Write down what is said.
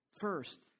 First